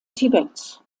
tibet